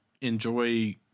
enjoy